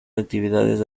actividades